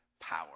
power